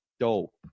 dope